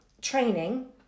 training